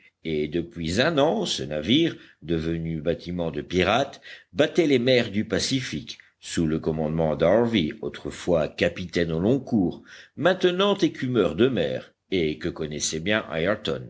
et depuis un an ce navire devenu bâtiment de pirates battait les mers du pacifique sous le commandement d'harvey autrefois capitaine au long cours maintenant écumeur de mers et que connaissait bien